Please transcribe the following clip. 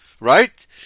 Right